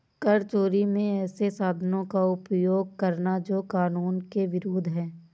कर चोरी में ऐसे साधनों का उपयोग करना जो कानून के विरूद्ध है